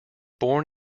born